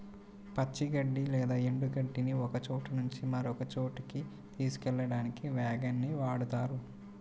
పచ్చి గడ్డి లేదా ఎండు గడ్డిని ఒకచోట నుంచి మరొక చోటుకి తీసుకెళ్ళడానికి వ్యాగన్ ని వాడుతారు